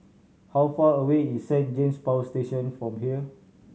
how far away is Saint James Power Station from here